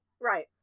right